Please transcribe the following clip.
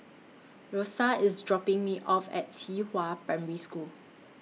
Rosia IS dropping Me off At Qihua Primary School